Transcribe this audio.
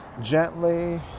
gently